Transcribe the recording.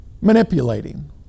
manipulating